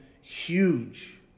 huge